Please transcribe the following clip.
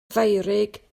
feurig